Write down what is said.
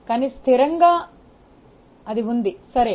కానీ స్థిరంగా అది ఉంది సరే